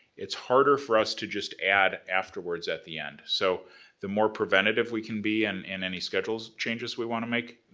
it's harder for us to just add afterwards at the end, so the more preventative we can be and in any schedules changes we wanna make,